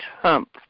Trump